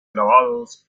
grabados